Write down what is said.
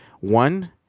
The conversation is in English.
One